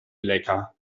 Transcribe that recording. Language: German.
lecker